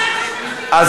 כן.